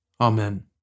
Amen